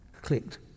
clicked